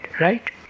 Right